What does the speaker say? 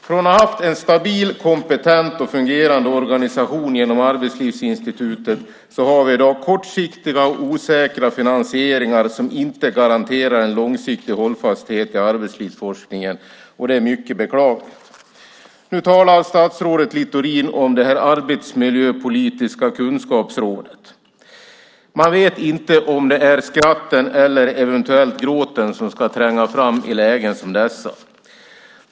Från att ha haft en stabil, kompetent och fungerande organisation genom Arbetslivsinstitutet har vi i dag kortsiktiga och osäkra finansieringar som inte garanterar en långsiktig hållfasthet i arbetslivsforskningen. Det är mycket beklagligt. Nu talar statsrådet Littorin om det arbetsmiljöpolitiska kunskapsrådet. Man vet inte om det är skrattet eller eventuellt gråten som ska tränga fram i lägen som dessa.